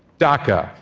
dhaka,